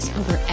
over